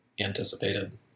anticipated